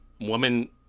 woman